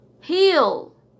Heal